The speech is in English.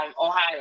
Ohio